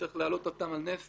שצריך להעלות אותם על נס,